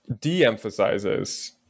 de-emphasizes